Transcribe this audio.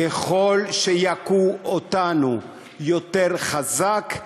ככל שיכו אותנו יותר חזק,